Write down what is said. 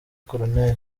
col